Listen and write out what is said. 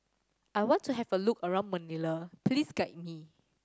I want to have a look around Manila please guide me